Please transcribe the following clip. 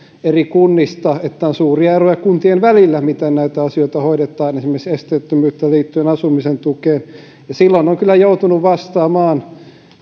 eri kunnista että on suuria eroja kuntien välillä siinä miten näitä asioita hoidetaan esimerkiksi esteettömyydessä liittyen asumisen tukeen silloin on kyllä joutunut vastaamaan